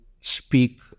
speak